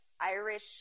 Irish